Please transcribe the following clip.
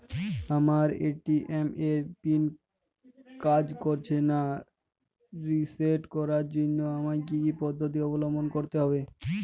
আমার এ.টি.এম এর পিন কাজ করছে না রিসেট করার জন্য আমায় কী কী পদ্ধতি অবলম্বন করতে হবে?